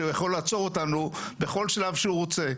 שיכולות לעצור אותנו בכל שלב שהוא רוצה,